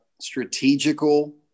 strategical